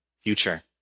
future